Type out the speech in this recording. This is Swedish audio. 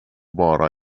bara